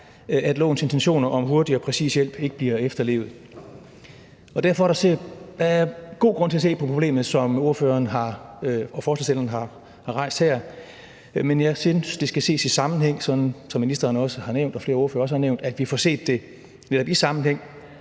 at lovens intentioner om hurtig og præcis hjælp ikke bliver efterlevet. Og derfor er der god grund til at se på problemet, som ordføreren og forslagsstillerne har rejst her. Men jeg synes, at vi, som ministeren og flere ordførere også har nævnt, skal se det i en sammenhæng.